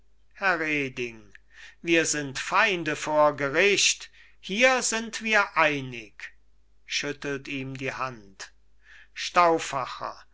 herr reding wir sind feinde vor gericht hier sind wir einig schüttelt ihm die hand